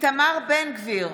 איתמר בן גביר,